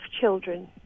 children